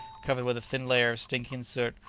covered with a thin layer of stinking soot,